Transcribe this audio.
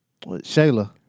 Shayla